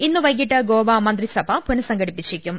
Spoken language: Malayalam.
ഇന്ന് വൈകീട്ട് ഗോവ മന്ത്രിസഭ പുനസംഘടിപ്പിച്ചേക്കും